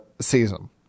season